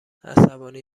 عصبانی